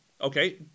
okay